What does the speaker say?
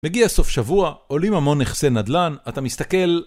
מגיע סוף שבוע, עולים המון נכסי נדלן, אתה מסתכל